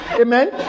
Amen